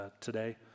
today